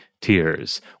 tears